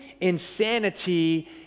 insanity